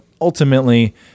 Ultimately